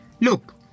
Look